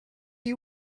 you